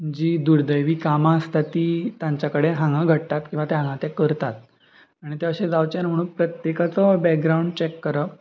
जीं दुर्दैवी कामां आसता तीं तांच्या कडेन हांगा घडटात किंवां ते हांगा ते करतात आनी ते अशें जावचे म्हणून प्रत्येकाचो बॅकग्रावंड चॅक करप